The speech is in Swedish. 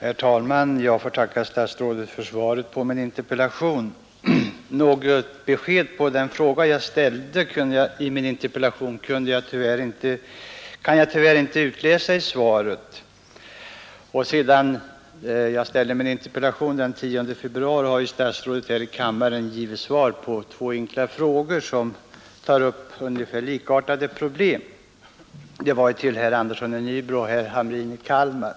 Herr talman! Jag får tacka för svaret på min interpellation. Något besked beträffande den fråga jag ställde i interpellationen kan jag tyvärr inte utläsa i svaret. Sedan jag ställde min interpellation den 10 februari har ju statsrådet här i kammaren givit svar på två enkla frågor som tar upp ungefär likartade problem. Det var frågor av herr Andersson i Nybro och herr Hamrin i Kalmar.